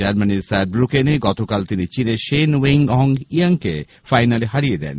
জার্মানির সারব্রুকেনে গতকাল তিনি চীনের শেন ওয়েং হং ইয়াং কে ফাইনালে হারিয়ে দেন